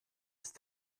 ist